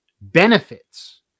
benefits